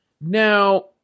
Now